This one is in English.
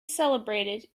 celebrated